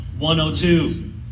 102